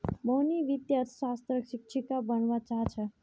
मोहिनी वित्तीय अर्थशास्त्रक शिक्षिका बनव्वा चाह छ